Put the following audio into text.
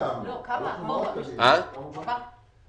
אתה אומר שיש